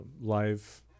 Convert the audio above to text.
live